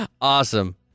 Awesome